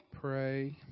pray